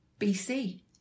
BC